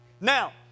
Now